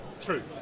True